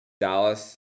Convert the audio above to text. Dallas